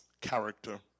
character